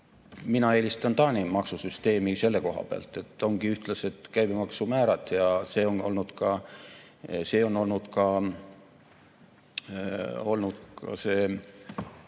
Mina eelistan Taani maksusüsteemi selle koha pealt, et ongi ühtlased käibemaksumäärad. See on olnud ka